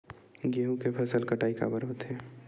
गेहूं के फसल कटाई काबर होथे?